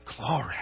Glory